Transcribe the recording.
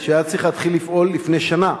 שהוא היה צריך להתחיל לפעול לפני שנה.